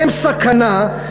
הם סכנה,